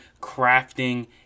crafting